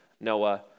Noah